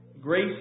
grace